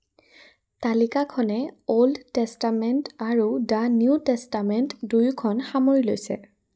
তালিকাখনে Old Testament আৰু the New Testament দুয়োখন সামৰি লৈছে